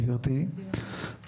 גברתי,